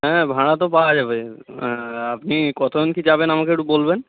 হ্যাঁ ভাঁড়া তো পাওয়া যাবে আপনি কতজন কী যাবেন আমাকে একটু বলবেন